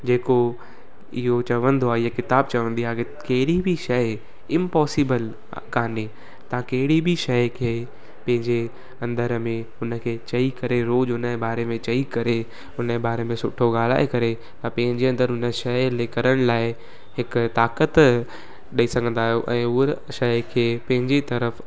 जेको इहो चवंदो आहे हीअ किताबु चवंदी आहे की कहिड़ी बि शइ इंपोसिबल कोन्हे तव्हां कहिड़ी बि शइ खे पंहिंजे अंदरु में हुनखे चई करे रोज़ उन बारे में चई करे हुन बारे में सुठो ॻाल्हाए करे ऐं पंहिंजे अंदरु हुन शइ लाइ करण लाइ हिक ताकतु ॾेई सघंदा आहियो ऐं उअ शइ खे पंहिंजी तरफ़